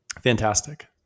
Fantastic